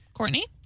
Courtney